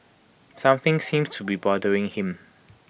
something seems to be bothering him